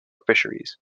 fisheries